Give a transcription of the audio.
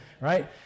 right